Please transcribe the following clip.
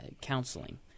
counseling